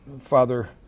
Father